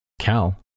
Cal